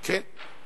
כן.